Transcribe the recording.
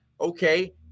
okay